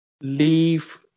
leave